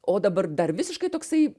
o dabar dar visiškai toksai